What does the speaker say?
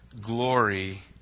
glory